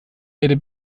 erde